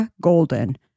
Golden